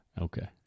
Okay